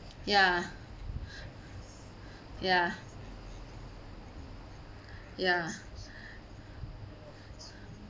ya ya ya